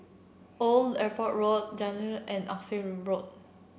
Old Airport Road and Oxley Road